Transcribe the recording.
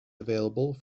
available